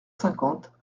cinquante